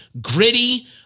Gritty